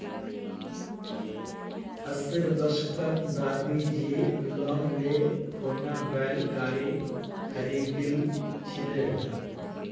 अस्सीर दशकत दादीजी लोन ले खूना बैल गाड़ी खरीदिल छिले